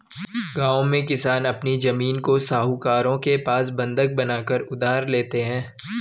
गांव में किसान अपनी जमीन को साहूकारों के पास बंधक बनाकर उधार लेते हैं